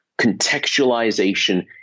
Contextualization